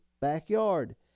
backyard